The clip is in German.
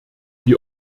die